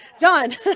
John